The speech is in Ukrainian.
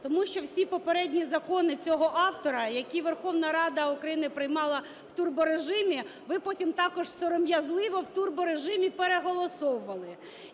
Тому що всі попередні закони цього автора, які Верховна Рада України приймала в турборежимі, ви потім також сором'язливо в турборежимі переголосовували: